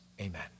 Amen